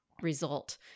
result